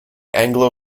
anglo